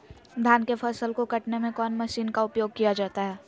धान के फसल को कटने में कौन माशिन का उपयोग किया जाता है?